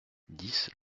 dix